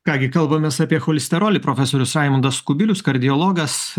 ką gi kalbamės apie cholesterolį profesorius raimundas kubilius kardiologas